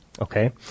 okay